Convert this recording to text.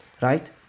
Right